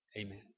Amen